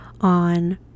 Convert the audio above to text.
on